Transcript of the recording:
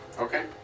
Okay